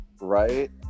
Right